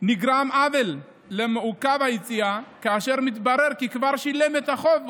נגרם עוול למעוכב היציאה כאשר מתברר כי כבר שילם את החוב,